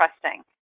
trusting